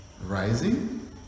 rising